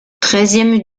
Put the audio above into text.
treizième